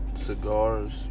Cigars